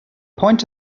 point